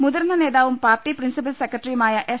മുതിർന്ന നേതാവും party principal സെക്രട്ടറിയുമായ എസ്